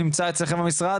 אמר מקודם מישהו יפה,